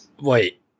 wait